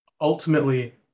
ultimately